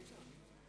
מרינה.